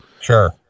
Sure